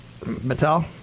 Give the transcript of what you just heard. Mattel